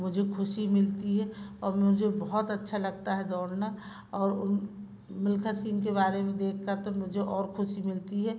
मुझे ख़ुशी मिलती है और मुझे बहुत अच्छा लगता है दौड़ना और मिल्खा सिंह के बारे में देख कर तो मुझे और ख़ुशी मिलती है